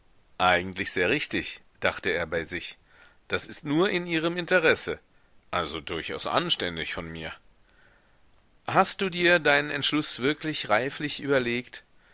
eigentlich sehr richtig dachte er bei sich das ist nur in ihrem interesse also durchaus anständig von mir hast du dir deinen entschluß wirklich reiflich überlegt